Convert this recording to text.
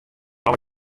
alle